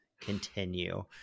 continue